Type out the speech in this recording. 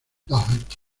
dougherty